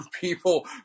people